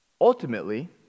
Ultimately